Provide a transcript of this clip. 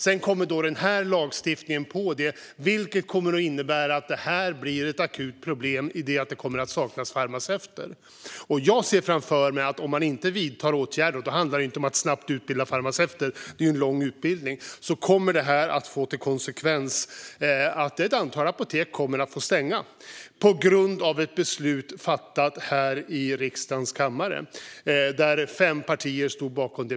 Sedan kommer den här lagstiftningen ovanpå detta, vilket kommer att innebära att det blir ett akut problem i och med att det kommer att saknas farmaceuter. Jag ser framför mig att om man inte vidtar åtgärder - och då handlar det inte om att snabbt utbilda farmaceuter, för det är en lång utbildning - kommer det att få konsekvensen att ett antal apotek måste stänga. Detta kommer att ske på grund av ett beslut fattat här i riksdagens kammare som fem partier stod bakom.